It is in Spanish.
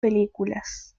películas